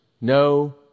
no